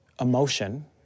emotion